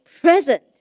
present